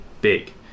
big